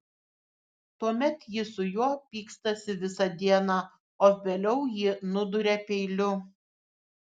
tuomet ji su juo pykstasi visą dieną o vėliau jį nuduria peiliu